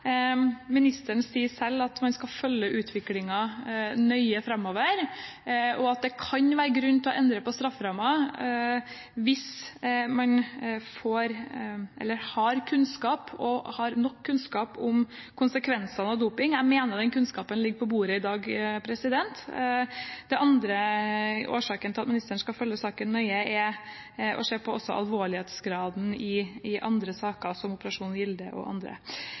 Ministeren sier selv at man skal følge utviklingen nøye framover, og at det kan være grunn til å endre på strafferammen hvis man har nok kunnskap om konsekvensene av doping. Jeg mener at den kunnskapen ligger på bordet i dag. Den andre årsaken til at ministeren skal følge saken nøye, er at en også må se på alvorlighetsgraden i saker som Operasjon Gilde og andre.